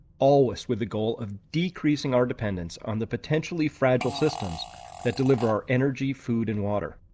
always with the goal of decreasing our dependence on the potentially fragile systems that deliver our energy, food and water.